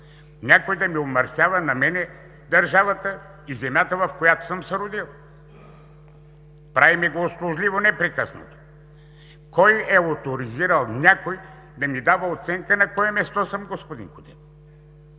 някой да ми омърсява на мен държавата и земята, в която съм се родил, правим го услужливо непрекъснато. Кой е оторизирал някой да ми дава оценка на кое място съм, господин Кутев?